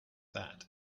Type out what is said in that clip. that